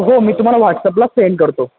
हो मी तुम्हाला व्हॉटसअपलाच सेंड करतो